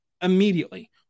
immediately